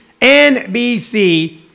NBC